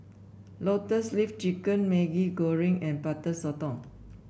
Lotus Leaf Chicken Maggi Goreng and Butter Sotong